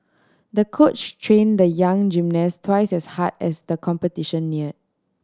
the coach train the young gymnast twice as hard as the competition near